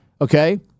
Okay